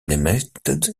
limited